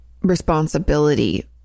responsibility